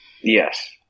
Yes